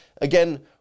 again